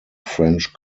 french